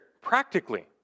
practically